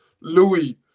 Louis